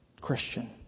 Christian